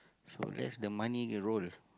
so that's the money it roll